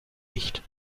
nicht